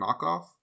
knockoff